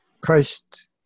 Christ